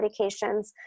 medications